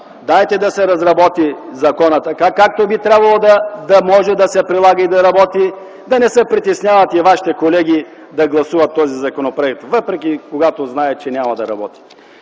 Дайте да се разработи законът, така както би трябвало да може да се прилага и да работи, и вашите колеги да не се притесняват да гласуват този законопроект, въпреки, че знаят, че няма да работи.